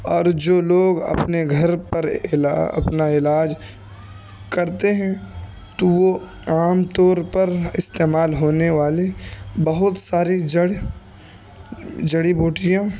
اور جو لوگ اپنے گھر پر اپنا علاج کرتے ہیں تو وہ عام طور پر استعمال ہونے والی بہت ساری جڑی بوٹیاں